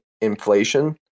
inflation